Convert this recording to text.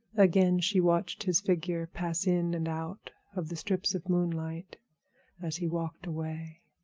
again she watched his figure pass in and out of the strips of moonlight as he walked away.